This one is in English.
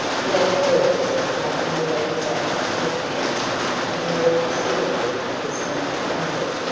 the other girls had taken the lead back to the camp and were a considerable distance ahead.